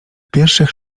pierwszych